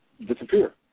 disappear